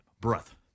breath